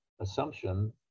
assumption